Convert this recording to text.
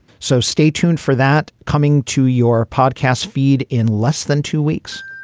so stay tuned for that. coming to your podcast, feed in less than two weeks